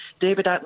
David